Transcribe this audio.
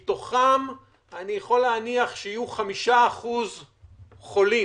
מתוכם, אני יכול להניח שיהיו 5% חולים.